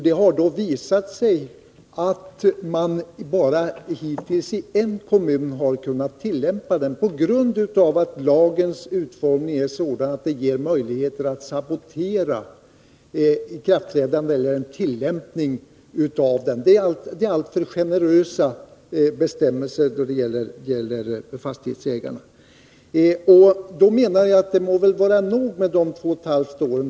Det har visat sig att man hittills bara i en kommun har kunnat tillämpa den på grund av att lagens utformning är sådan att den ger möjlighet att sabotera tillämpningen av lagen. Bestämmelserna är alltför generösa då det gäller fastighetsägare. Jag menar att det må vara nog med två och ett halvt år.